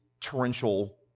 torrential